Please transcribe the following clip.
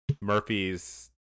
Murphy's